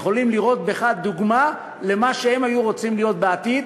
הם יכולים לראות בך דוגמה למה שהם היו רוצים להיות בעתיד,